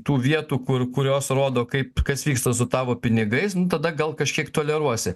tų vietų kur kurios rodo kaip kas vyksta su tavo pinigais tada gal kažkiek toleruosi